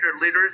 leaders